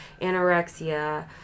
anorexia